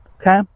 Okay